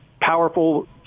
powerful